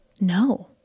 No